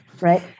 right